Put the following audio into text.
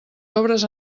obres